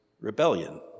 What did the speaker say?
rebellion